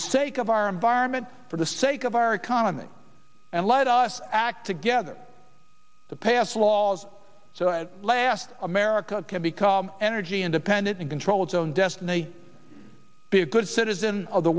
sake of our environment for the sake of our economy and let us act together to pass laws so last america can become energy independent and control its own destiny be a good citizen of the